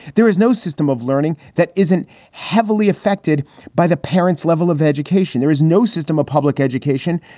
there is no system of learning that isn't heavily affected by the parents level of education. there is no system of public education.